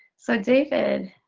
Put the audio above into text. so david.